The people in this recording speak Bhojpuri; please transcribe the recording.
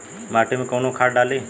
माटी में कोउन खाद डाली?